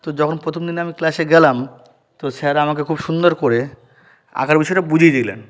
তো যখন প্রথম দিন আমি ক্লাসে গেলাম তো স্যার আমাকে খুব সুন্দর করে আঁকার বিষয়টা বুঝিয়ে দিলেন